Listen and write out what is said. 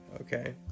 okay